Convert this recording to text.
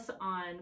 on